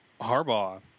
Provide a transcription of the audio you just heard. Harbaugh